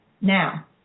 now